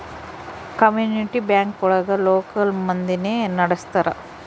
community bank ಒಳಗ local ಮಂದಿನೆ ನಡ್ಸ್ತರ